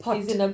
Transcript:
pot